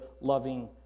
loving